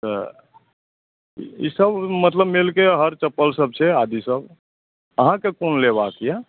तऽ ईसभ मतलब मेल के हर चप्पलसभ छै आदिसभ अहाँकेँ कोन लेबाक यए